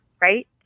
right